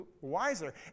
wiser